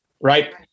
right